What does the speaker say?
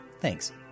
Thanks